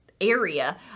area